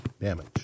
damage